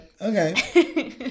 okay